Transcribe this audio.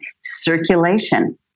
circulation